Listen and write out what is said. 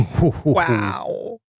Wow